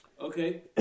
Okay